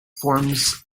forms